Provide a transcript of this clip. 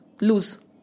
lose